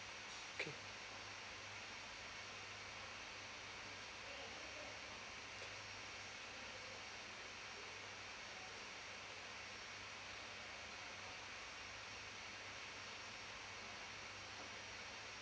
okay